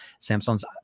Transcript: Samsung's